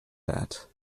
that